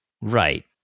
Right